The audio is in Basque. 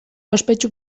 ospetsu